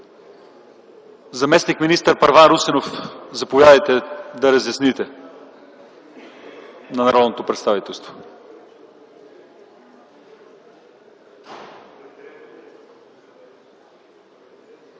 Заместник-министър Първан Русинов – заповядайте да разясните на народното представителство.